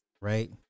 right